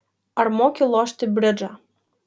ar moki lošti bridžą